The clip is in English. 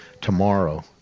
tomorrow